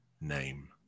name